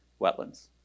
wetlands